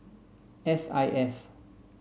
S I S